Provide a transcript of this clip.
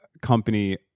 company